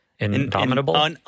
Indomitable